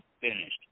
finished